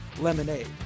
lemonade